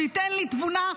שייתן לי תבונה,